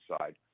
side